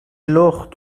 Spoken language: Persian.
لخت